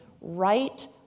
right